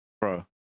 Bro